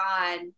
God